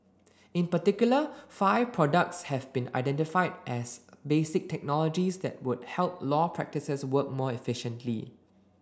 in particular five products have been identified as basic technologies that would help law practices work more efficiently